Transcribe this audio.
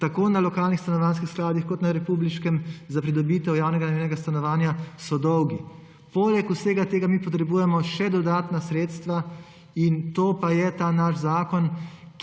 tako na lokalnih stanovanjskih skladih kot na republiškem za pridobitev javnega najemnega stanovanja so dolgi. Poleg vsega tega mi potrebujemo še dodatna sredstva, in to pa je ta naš zakon,